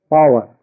Power